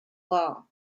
law